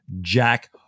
Jack